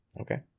Okay